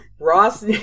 Ross